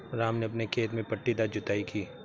राम ने अपने खेत में पट्टीदार जुताई की